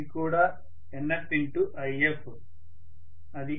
అది ఈ విధంగా ఉంటుంది